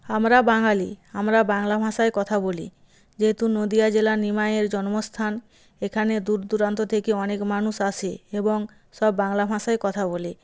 আমরা বাঙালি আমরা বাংলা ভাষায় কথা বলি যেহেতু নদিয়া জেলা নিমাইয়ের জন্মস্থান এখানে দূর দূরান্ত থেকে অনেক মানুষ আসে এবং সব বাংলা ভাষায় কথা বলে